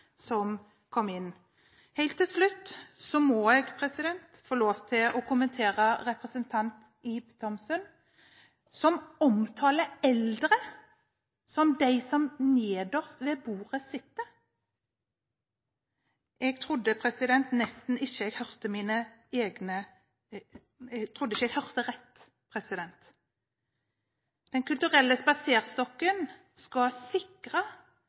Helt til slutt må jeg få lov til å kommentere representanten Ib Thomsens omtale av eldre som de som sitter nederst ved bordet. Jeg trodde nesten ikke at jeg hørte